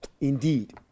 indeed